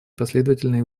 последовательные